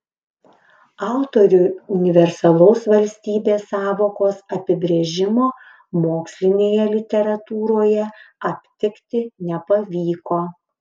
autoriui universalaus valstybės sąvokos apibrėžimo mokslinėje literatūroje aptikti nepavyko